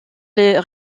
les